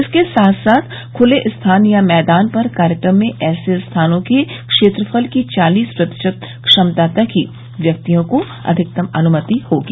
इसके साथ साथ खुले स्थान या मैदान पर कार्यक्रम में ऐसे स्थानों की क्षेत्रफल की चालीस प्रतिशत क्षमता तक ही व्यक्तियों को अधिकतम अनुमति होगी